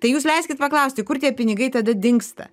tai jūs leiskit paklausti kur tie pinigai tada dingsta